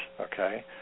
Okay